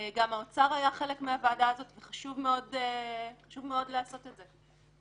גם האוצר היה חלק מהוועדה הזאת וחשוב מאוד לעשות את זה.